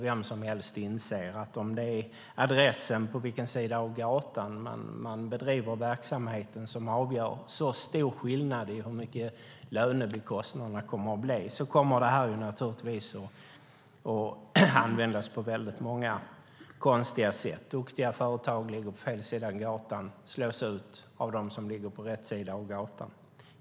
Vem som helst inser att om adressen, vilken sida av gatan man bedriver verksamheten vid, ger så stor skillnad i hur stora lönekostnaderna kommer att bli, då kommer detta naturligtvis att användas på många konstiga sätt. Duktiga företag som ligger på fel sida av gatan slås ut av dem som ligger på rätt sida av gatan.